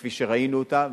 כפי שראינו אותה,